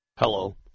Hello